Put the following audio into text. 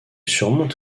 surmonte